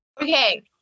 Okay